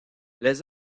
les